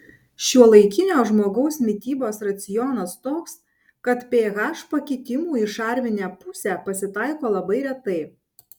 šiuolaikinio žmogaus mitybos racionas toks kad ph pakitimų į šarminę pusę pasitaiko labai retai